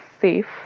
safe